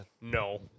no